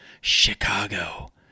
Chicago